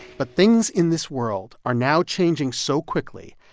but things in this world are now changing so quickly,